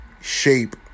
shape